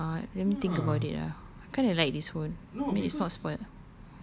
I don't know ah let me think about it ah I kind of like this phone I mean it's not spoilt